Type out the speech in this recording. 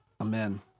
Amen